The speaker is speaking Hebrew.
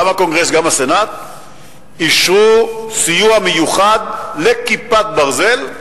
גם הקונגרס וגם הסנאט אישרו סיוע מיוחד ל"כיפת ברזל"